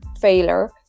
failure